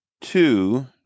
two